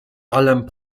alain